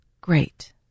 great